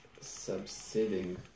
subsiding